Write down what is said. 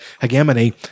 hegemony